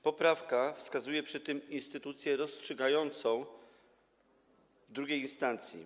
Poprawka wskazuje przy tym instytucję rozstrzygającą w drugiej instancji.